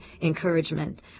encouragement